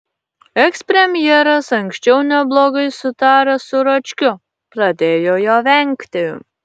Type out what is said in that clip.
ekspremjeras anksčiau neblogai sutaręs su račkiu pradėjo jo vengti